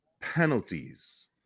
penalties